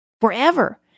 Forever